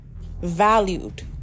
valued